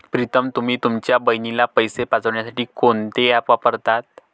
प्रीतम तुम्ही तुमच्या बहिणीला पैसे पाठवण्यासाठी कोणते ऍप वापरता?